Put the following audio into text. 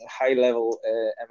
high-level